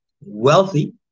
wealthy